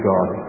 God